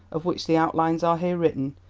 of which the outlines are here written,